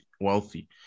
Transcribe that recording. wealthy